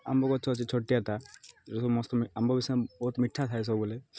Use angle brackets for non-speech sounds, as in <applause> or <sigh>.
ଆମ୍ବ ଗଛ ଅଛି ଛୋଟିଆଟା <unintelligible> ଆମ୍ବ <unintelligible> ବହୁତ ମିଠ ଥାଏ ସବୁବେଳେ